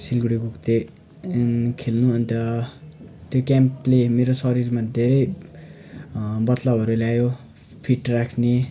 सिलगढी गएको थिएँ खेल्नु अन्त त्यो क्याम्पले मेरो शरीरमा धेरै बद्लाउहरू ल्यायो फिट राख्ने